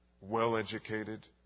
well-educated